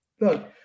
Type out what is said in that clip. look